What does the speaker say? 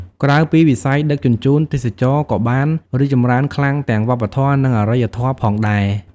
ក្រៅពីវិស័យដឹកជញ្ជូន ទេសចរណ៍ក៏បាន រីកចម្រើនខ្លាំងទាំងវប្បធម៌ និងអរិយធម៌ ផងដែរ។